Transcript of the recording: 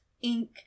ink